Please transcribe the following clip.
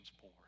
poor